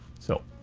so